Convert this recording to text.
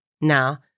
Now